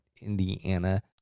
Indiana